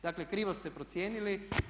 Dakle, krivo ste procijenili.